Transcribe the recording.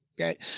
Okay